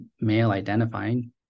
male-identifying